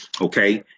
Okay